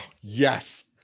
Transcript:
Yes